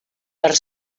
per